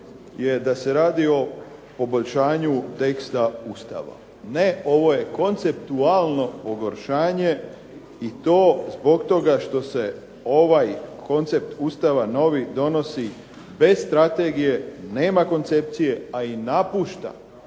je da se radi o poboljšanju teksta Ustava. Ne, ovo je konceptualno pogoršanje i to zbog toga što se ovaj koncept Ustava novi donosi bez strategije, nema koncepcije a i napušta